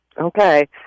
Okay